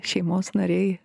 šeimos nariai